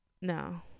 No